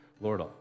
Lord